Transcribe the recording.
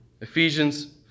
Ephesians